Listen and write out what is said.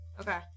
okay